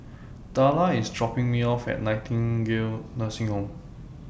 Darla IS dropping Me off At Nightingale Nursing Home